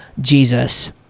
Jesus